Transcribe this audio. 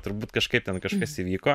turbūt kažkaip ten kažkas įvyko